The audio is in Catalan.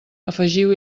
afegiu